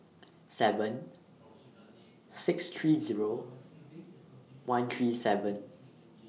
seven six three Zero one three seven